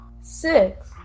six